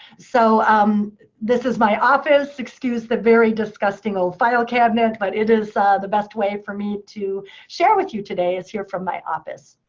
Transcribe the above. so um this is my office. excuse the very disgusting old filing cabinet, but it is the best way for me to share with you here today, is here from my office.